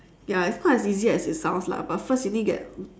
ya it's not as easy as it's sounds lah but first you need to get